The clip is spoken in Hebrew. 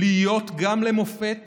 להיות גם למופת